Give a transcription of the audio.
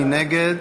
מי נגד?